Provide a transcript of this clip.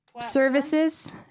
services